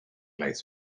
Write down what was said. lights